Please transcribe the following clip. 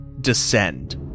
descend